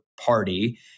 party